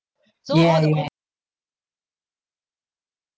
ya ya